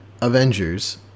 Avengers